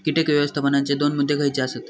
कीटक व्यवस्थापनाचे दोन मुद्दे खयचे आसत?